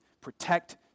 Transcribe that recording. protect